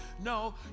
No